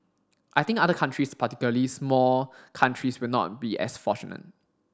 I think other countries particularly small countries will not be as fortunate